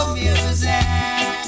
music